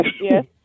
Yes